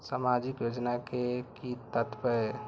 सामाजिक योजना के कि तात्पर्य?